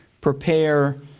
prepare